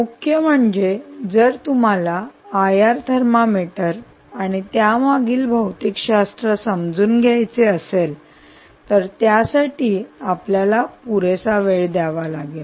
मुख्य म्हणजे जर तुम्हाला आयआर थर्मामीटर आणि त्यामागील भौतिकशास्त्र समजून घ्यायचे असेल तर त्यासाठी आपल्याला पुरेसा वेळ द्यावा लागेल